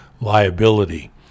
liability